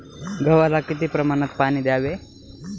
गव्हाला किती प्रमाणात पाणी द्यावे?